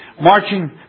marching